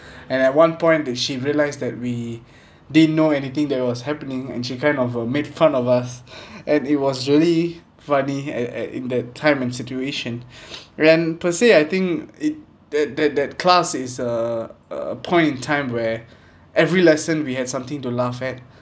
and at one point that she realised that we didn't know anything there was happening and she kind of uh made fun of us and it was really funny at at in that time and situation when per se I think it that that that class is a a point in time where every lesson we had something to laugh at